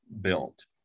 built